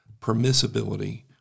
permissibility